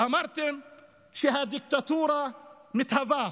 אמרתם שהדיקטטורה מתהווה.